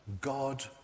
God